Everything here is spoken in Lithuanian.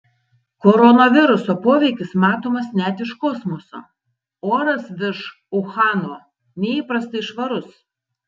koronaviruso poveikis matomas net iš kosmoso oras virš uhano neįprastai švarus